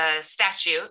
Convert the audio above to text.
statute